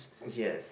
yes